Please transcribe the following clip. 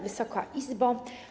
Wysoka Izbo!